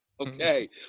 Okay